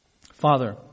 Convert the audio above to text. Father